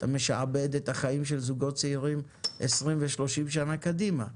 אתה משעבד את החיים של זוגות צעירים 20 ו-30 שנה קדימה,